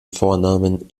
vornamen